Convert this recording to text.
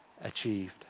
achieved